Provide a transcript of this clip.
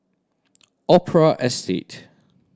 Opera Estate